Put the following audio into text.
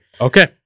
okay